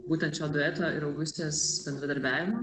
būtent šio dueto ir augustės bendradarbiavimo